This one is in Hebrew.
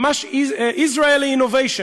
ממש Israeli innovation,